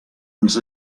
ens